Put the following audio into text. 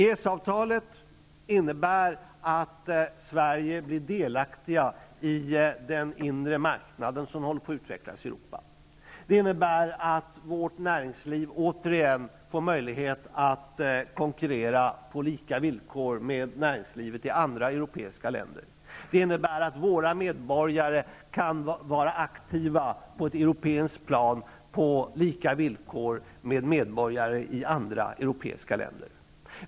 EES-avtalet innebär att Sverige blir delaktigt i den inre marknad som håller på att utvecklas i Europa. Det innebär att vårt näringsliv återigen får möjlighet att konkurrera på lika villkor med näringslivet i andra europeiska länder. Det innebär att våra medborgare kan vara aktiva på ett europeiskt plan, på lika villkor med medborgare i andra europeiska länder.